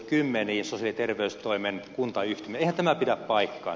eihän tämä pidä paikkaansa